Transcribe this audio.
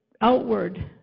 outward